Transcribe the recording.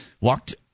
walked